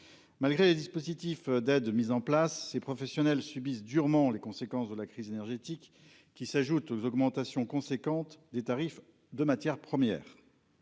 Malgré les dispositifs d'aide mis en place ces professionnels subissent durement les conséquences de la crise énergétique qui s'ajoute aux augmentations conséquentes des tarifs de matières premières.